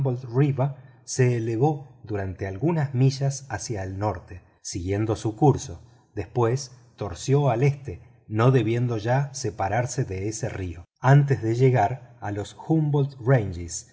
humboldt se elevó durante algunas millas hacia el norte siguiendo su curso después torció al este no debiendo ya separarse de ese río antes de llegar a los